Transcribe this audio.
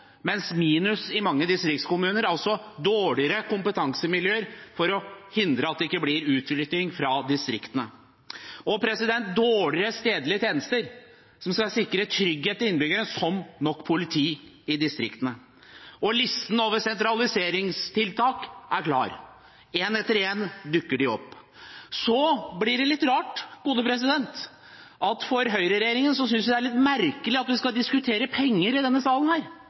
mens det blir minus i mange distriktskommuner, altså dårligere kompetansemiljøer, som ikke vil hindre at det blir utflytting fra distriktene, og at stedlige tjenester som skal sikre trygghet til innbyggerne, som nok politi i distriktene, blir dårligere. Listen over sentraliseringstiltak er klar – én etter én dukker de opp. Så er det litt rart at høyreregjeringen synes det er litt merkelig at vi skal diskutere penger i denne salen.